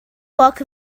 work